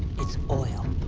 it's oil.